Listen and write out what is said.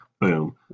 Boom